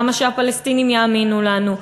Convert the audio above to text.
למה שהפלסטינים יאמינו לנו?